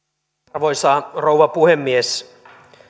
arvoisa rouva puhemies